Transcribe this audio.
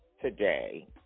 today